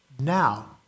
now